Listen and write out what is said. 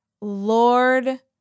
Lord